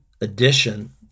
addition